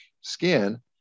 skin